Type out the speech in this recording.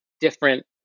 different